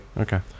okay